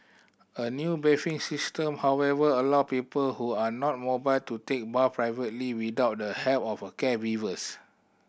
a new bathing system however allow people who are not mobile to take baths privately without the help of a caregivers